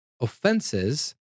offenses